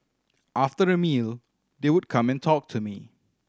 after a meal they would come and talk to me